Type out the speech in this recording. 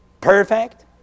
perfect